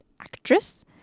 Actress